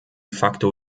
facto